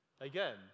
again